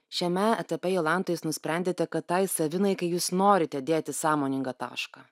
šiame etape jolanta jūs nusprendėte kad tai savinai kai jūs norite dėti sąmoningą tašką